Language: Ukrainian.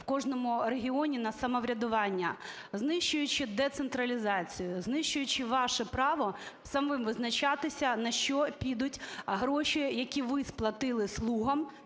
в кожному регіоні на самоврядування, знищуючи децентралізацію, знищуючи ваше право самим визначатися, на що підуть гроші, які ви сплатили "слугам"